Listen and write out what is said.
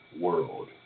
world